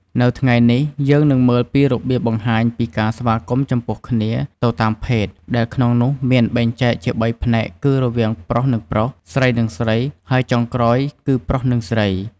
នៅថ្ងៃនេះ យើងនឹងមើលពីរបៀបបង្ហាញពីការស្វាគមន៌ចំពោះគ្នា ទៅតាមភេទ ដែលក្នុងនោះមានបែងចែកជាបីផ្នែកគឺរវាងប្រុស និងប្រុស ស្រី និង ស្រី ហើយចុងក្រោយគឺ ប្រុស និងស្រី។